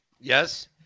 Yes